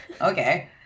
okay